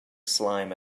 slime